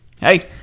Hey